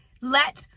let